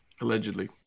Allegedly